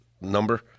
number